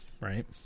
right